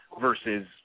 versus